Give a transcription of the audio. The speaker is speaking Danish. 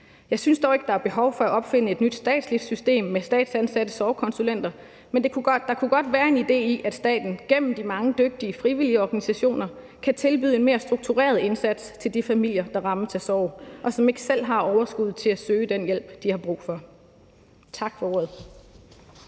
Jeg synes dog ikke, der er behov for at opfinde et nyt statsligt system med statsansatte sorgkonsulenter, men der kunne godt være en idé i, at staten gennem de mange dygtige frivillige organisationer kan tilbyde en mere struktureret indsats til de familier, der rammes af sorg, og som ikke selv har overskud til at søge den hjælp, de har brug for. Tak for ordet.